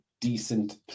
decent